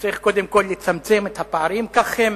שצריך קודם כול לצמצם את הפערים, כך הם